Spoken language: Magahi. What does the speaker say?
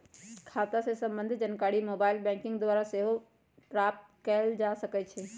खता से संबंधित जानकारी मोबाइल बैंकिंग द्वारा सेहो प्राप्त कएल जा सकइ छै